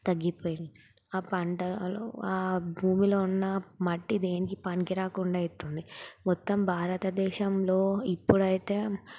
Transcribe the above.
తగ్గిపోయిన ఆ పంటలు ఆ భూమిలో ఉన్న మట్టి దేనికి పనికి రాకుండా అవుతుంది మొత్తం భారత దేశంలో ఇప్పుడైతే